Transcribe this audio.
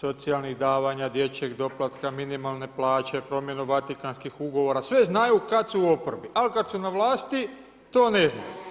socijalnih davanja, dječjeg doplatka, minimalne plaće, promjenu Vatikanskih ugovora sve znaju kada su u oporbi, ali kada su na vlasti to ne znaju.